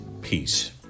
peace